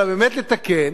אלא באמת לתקן,